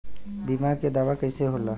बीमा के दावा कईसे होला?